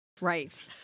Right